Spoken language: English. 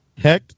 Hect